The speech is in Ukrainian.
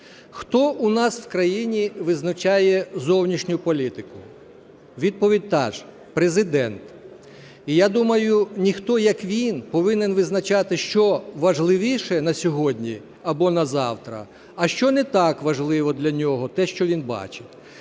Хто у нас в країні визначає зовнішню політику? Відповідь та ж – Президент. І я думаю, ніхто, як він повинен визначати, що важливіше на сьогодні або на завтра, а що не так важливо для нього, те, що він бачить.